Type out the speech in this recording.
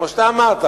כמו שאתה אמרת,